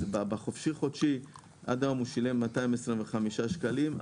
אז בחופשי חודשי עד היום הוא שילם 225 שקלים,